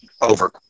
over